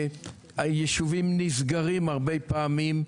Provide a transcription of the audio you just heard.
היישובים נסגרים הרבה פעמים,